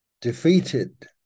defeated